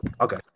okay